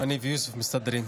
אני ויוסף מסתדרים.